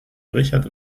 richard